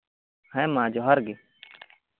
ᱦᱮᱸ ᱢᱟ ᱡᱚᱸᱦᱟᱨ ᱜᱮ